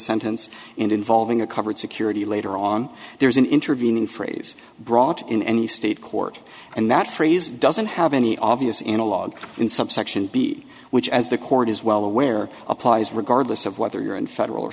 sentence involving a covered security later on there's an intervening phrase brought in any state court and that phrase doesn't have any obvious analogue in subsection b which as the court is well aware applies regardless of whether you're in federal or